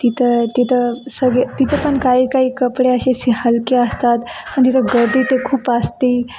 तिथं तिथं सगळे तिथं पण काही काही कपडे असे से हलके असतात पण तिथं गर्दी तर खूप असते